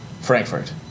Frankfurt